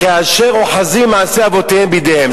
כאשר "אוחזים מעשי אבותיהם בידיהם".